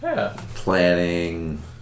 Planning